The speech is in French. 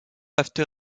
after